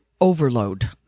overload